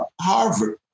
Harvard